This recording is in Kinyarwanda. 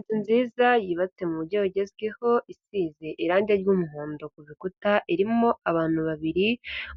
Inzu nziza yubatse mu mujyi wagezweho isize irange ry'umuhondo ku rukuta irimo abantu babiri,